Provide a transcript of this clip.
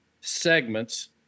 segments